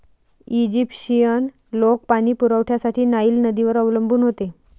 Egyptian लोक पाणी पुरवठ्यासाठी नाईल नदीवर अवलंबून होते